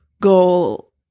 goal